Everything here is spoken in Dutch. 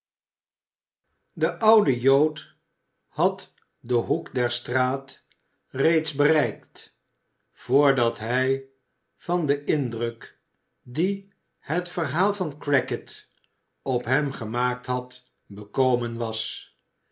de oude jood had den hoek der straat reeds bereikt vrdat hij van den indruk dien het verhaal van crackit op hem gemaakt had bekomen was